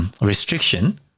restriction